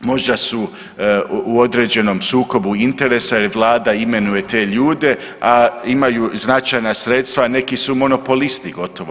Možda su u određenom sukobu interesa jer Vlada imenuje te ljude, a imaju značajna sredstva, neki su monopolisti gotovo.